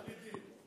דנידין.